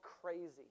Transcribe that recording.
crazy